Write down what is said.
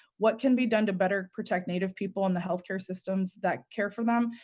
what can be done to better protect native people in the healthcare systems that care for them?